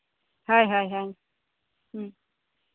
ᱦᱳᱭ ᱦᱳᱭ ᱦᱳᱭ